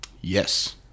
Yes